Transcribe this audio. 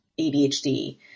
ADHD